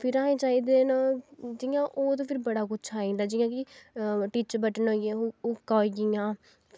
फिर असें चाहिदा न जियां कि होर बड़ा किशआई जंदा टिच बटन होई गे हुक्कां होई गेइयां